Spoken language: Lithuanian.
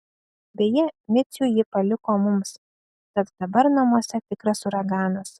beje micių ji paliko mums tad dabar namuose tikras uraganas